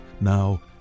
now